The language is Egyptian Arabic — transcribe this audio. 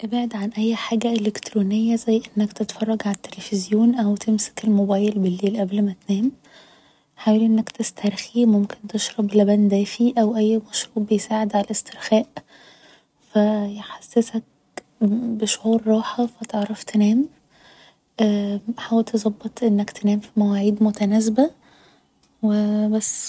ابعد عن اي حاجة إلكترونية زي انك تتفرج على التليفزيون او تمسك الموبايل بليل قبل ما تنام حاول انك تسترخي ممكن تشرب لبن دافي او اي مشروب بيساعد على الاسترخاء فيحسسك بشعور راحة فتعرف تنام حاول تظبط انك تنام في مواعيد متناسبة بس